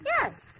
Yes